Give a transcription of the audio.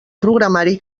programari